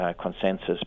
consensus